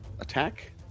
attack